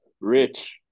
Rich